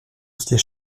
siège